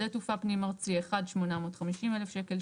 שדה תעופה פנים ארצי: מסלול אחד - 850,000 שקלים.